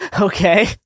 Okay